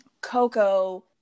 coco